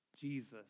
Jesus